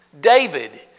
David